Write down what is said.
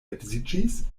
edziĝis